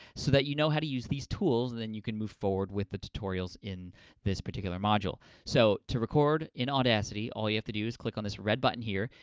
so that you know how to use these tools and then you can move forward with the tutorials in this particular module. so, to record in audacity, all you have to do is click on this red button, here.